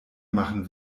machen